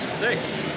nice